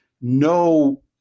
no